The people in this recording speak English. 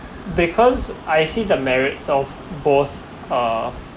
because I see the merits of both uh